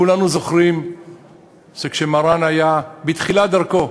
כולנו זוכרים שכשמרן היה בתחילת דרכו,